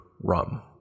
Rum